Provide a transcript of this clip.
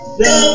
no